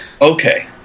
okay